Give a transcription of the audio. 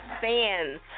fans